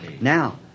Now